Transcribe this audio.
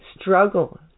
struggle